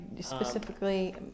specifically